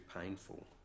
painful